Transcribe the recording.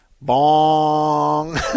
Bong